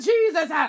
Jesus